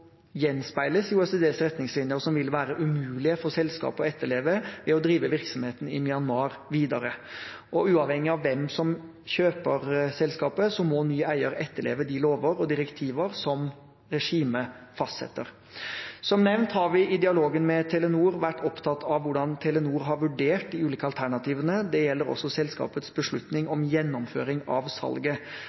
gjenspeiles i OECDs retningslinjer, som vil være umulige for selskapet å etterleve ved å drive virksomheten i Myanmar videre. Og uavhengig av hvem som kjøper selskapet, må ny eier etterleve de lover og direktiver som regimet fastlegger. Som nevnt har vi i dialogen med Telenor vært opptatt av hvordan Telenor har vurdert de ulike alternativene. Dette gjelder også selskapets beslutning om gjennomføring av salget.